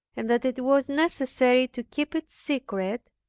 and that it was necessary to keep it secret,